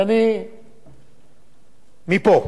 ואני פה,